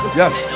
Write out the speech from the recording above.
yes